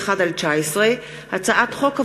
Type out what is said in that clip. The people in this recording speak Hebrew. פ/1161/19 וכלה בהצעת חוק פ/1203/19,